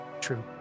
true